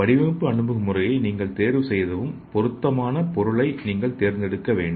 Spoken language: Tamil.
வடிவமைப்பு அணுகுமுறையை நீங்கள் தேர்வுசெய்ததும் பொருத்தமான பொருளை நீங்கள் தேர்ந்தெடுக்க வேண்டும்